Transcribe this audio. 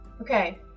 Okay